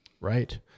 right